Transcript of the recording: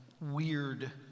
weird